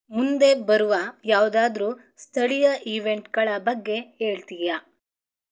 ಮುಂದೆ ಬರುವ ಯಾವುದಾದ್ರೂ ಸ್ಥಳೀಯ ಈವೆಂಟ್ಗಳ ಬಗ್ಗೆ ಹೇಳ್ತೀಯಾ